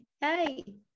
Hey